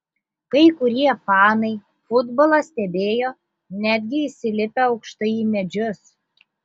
kai kurie fanai futbolą stebėjo netgi įsilipę aukštai į medžius